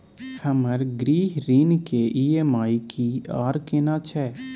हमर गृह ऋण के ई.एम.आई की आर केना छै?